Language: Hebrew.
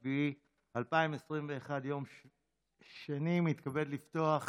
21 ביולי 2021 / 16 חוברת ט"ז ישיבה